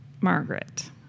Margaret